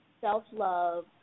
self-love